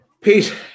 Pete